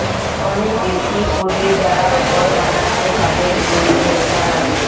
অনেক বেশি কোরে যারা খড় বানাচ্ছে তাদের জন্যে এটা লাগে